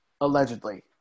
allegedly